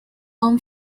own